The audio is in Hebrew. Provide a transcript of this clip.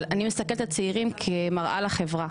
אבל אני מסתכלת על הצעירים כמראה לחברה,